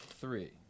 three